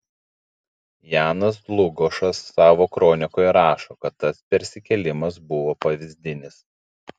janas dlugošas savo kronikoje rašo kad tas persikėlimas buvo pavyzdinis